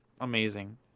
amazing